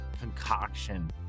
concoction